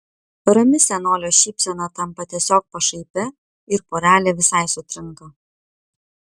rami senolio šypsena tampa tiesiog pašaipia ir porelė visai sutrinka